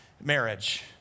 marriage